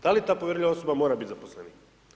Da li ta povjerljiva osoba mora biti zaposlenik?